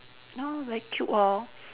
very cute lor